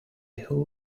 who